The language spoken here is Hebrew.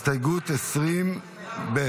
הסתייגות 20 ג'